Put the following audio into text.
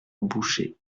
boucher